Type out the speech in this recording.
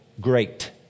great